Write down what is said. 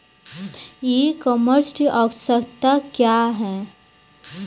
ई कॉमर्स की आवशयक्ता क्या है?